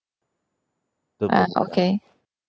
ah okay